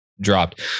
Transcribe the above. dropped